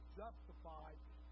justified